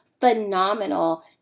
phenomenal